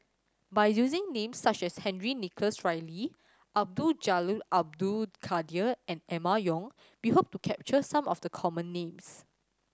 by using names such as Henry Nicholas Ridley Abdul Jalil Abdul Kadir and Emma Yong we hope to capture some of the common names